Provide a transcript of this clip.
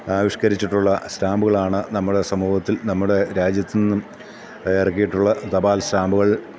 ആവിഷ്കരിച്ചിട്ടുള്ള സ്റ്റാമ്പുകളാണ് നമ്മുടെ സമൂഹത്തിൽ നമ്മുടെ രാജ്യത്തുനിന്നും ഇറക്കിയിട്ടുള്ള തപാൽ സ്റ്റാമ്പുകൾ